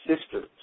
sisters